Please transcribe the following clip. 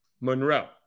Monroe